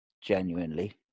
genuinely